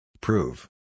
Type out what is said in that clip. Prove